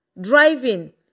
driving